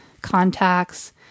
Contacts